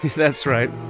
that's right.